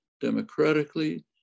democratically